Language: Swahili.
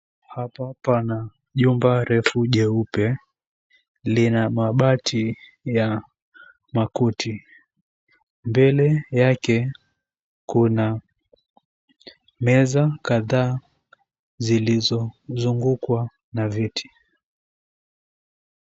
Hapa pana jumba refu jeupe, lina mabati ya makuti mbele yake kuna meza kadhaa zilizozungukwa na viti.